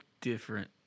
different